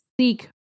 seek